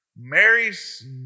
Mary's